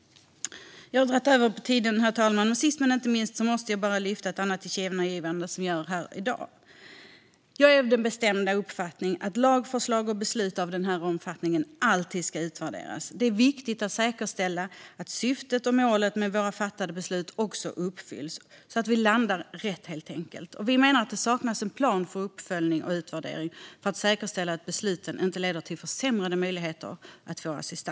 Sist men inte minst vill jag lyfta ett annat tillkännagivande som föreslås i dag. Jag är av den bestämda uppfattningen att lagar och beslut av denna omfattning alltid ska utvärderas. Det är viktigt att säkerställa att syftet och målen med våra fattade beslut uppfylls, så att vi landar rätt, helt enkelt. Vi menar att det saknas en plan för uppföljning och utvärdering för att säkerställa att besluten inte leder till försämrade möjligheter att få assistans.